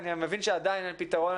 אני מבין שעדיין אין פתרון.